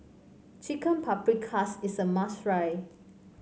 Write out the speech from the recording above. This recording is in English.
Chicken Paprikas is a must try